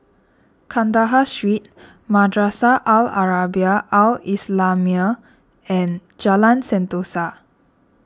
Kandahar Street Madrasah Al Arabiah Al Islamiah and Jalan Sentosa